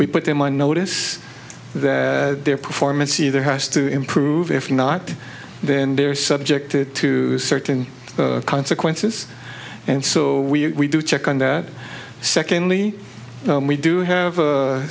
we put them on notice that their performance either has to improve if not then they are subjected to certain consequences and so we do check on that secondly we do have